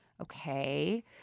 Okay